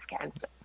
cancer